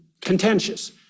contentious